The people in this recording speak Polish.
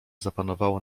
zapanowało